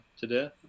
today